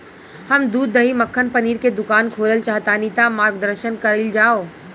हम दूध दही मक्खन पनीर के दुकान खोलल चाहतानी ता मार्गदर्शन कइल जाव?